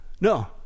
no